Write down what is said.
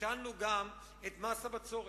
הטלנו גם את מס הבצורת.